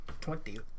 Twenty